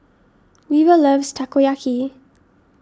Weaver loves Takoyaki